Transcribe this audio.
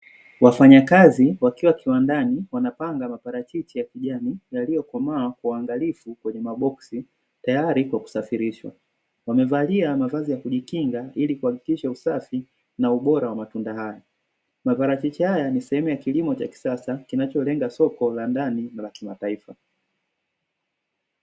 Wafanyakazi wakiwa kiwandani wanapanga maparachichi ya kijani yaliyokomaa kwa uangalifu kwenye maboksi tayari kwa kusafirishwa, wamevalia mavazi ya kujikinga ili kuhakikisha usafi na ubora wa matunda haya, maparachichi haya ni sehemu ya kilimo cha kisasa kinacholenga soko la ndani la kimataifa.